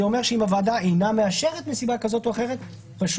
זה אומר שאם הוועדה אינה מאשרת מסיבה כזאת או אחרת פשוט